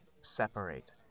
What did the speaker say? separate